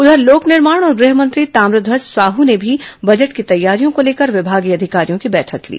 उधर लोक निर्माण और गृह मंत्री ताम्रध्वज साहू ने भी बजट की तैयारियों को लेकर विभागीय अधिकारियों की बैठक ली